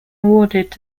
awarded